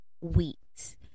weeks